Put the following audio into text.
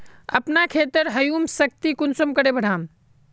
अपना खेतेर ह्यूमस शक्ति कुंसम करे बढ़ाम?